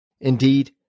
Indeed